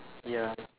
ya